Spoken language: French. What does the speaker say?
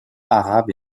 arabe